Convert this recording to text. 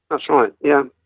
that's right. yeah.